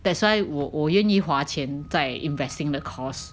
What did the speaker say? that's why 我愿意花钱在 investing 的 course